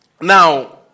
Now